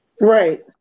Right